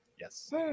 Yes